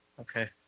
Okay